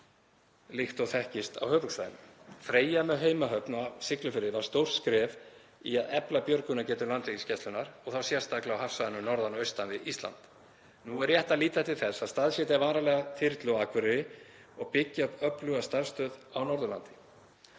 líkt og þekkist á höfuðborgarsvæðinu. Freyja, með heimahöfn á Siglufirði, var stórt skref í að efla björgunargetu Landhelgisgæslunnar og þá sérstaklega á hafsvæðinu norðan og austan við Ísland. Nú er rétt að líta til þess að staðsetja varanlega þyrlu á Akureyri og byggja upp öfluga starfsstöð á Norðurlandi.